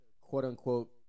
quote-unquote